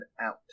out